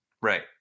Right